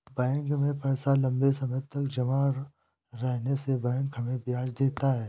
bank में पैसा लम्बे समय तक जमा रहने से बैंक हमें ब्याज देता है